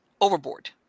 overboard